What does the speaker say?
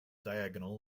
diagonal